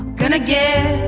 going to get